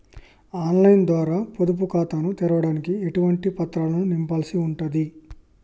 On line ద్వారా పొదుపు ఖాతాను తెరవడానికి ఎటువంటి పత్రాలను నింపాల్సి ఉంటది?